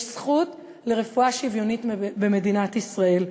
יש זכות לרפואה שוויונית במדינת ישראל.